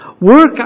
Work